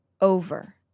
over